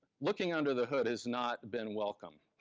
looking under the hood has not been welcome.